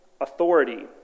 authority